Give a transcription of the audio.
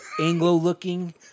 Anglo-looking